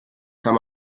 kann